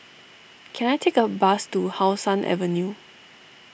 can I take a bus to How Sun Avenue